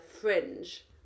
fringe